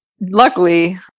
Luckily